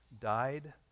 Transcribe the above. died